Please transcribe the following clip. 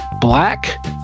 black